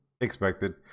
expected